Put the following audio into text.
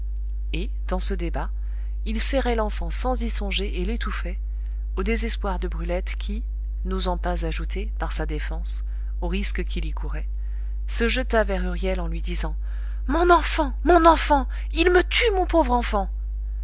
et dans ce débat il serrait l'enfant sans y songer et l'étouffait au désespoir de brulette qui n'osant pas ajouter par sa défense au risque qu'il y courait se jeta vers huriel en lui disant mon enfant mon enfant il me tue mon pauvre enfant